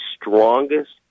strongest